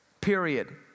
period